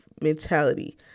mentality